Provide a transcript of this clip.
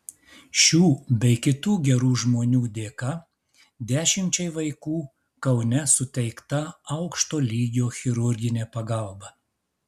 šių bei kitų gerų žmonių dėka dešimčiai vaikų kaune suteikta aukšto lygio chirurginė pagalba